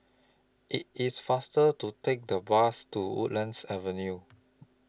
IT IS faster to Take The Bus to Woodlands Avenue